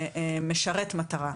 שמשרת מטרה.